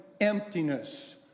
emptiness